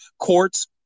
courts